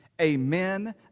Amen